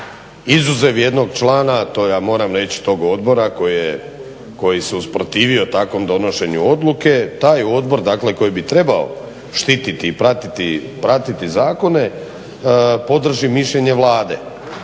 to ja moram reći tog odbora koji se usprotivi takvom donošenju odluke, taj odbor, dakle koji bi trebao štiti i pratiti zakone podrži mišljenje Vlade